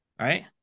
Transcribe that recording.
Right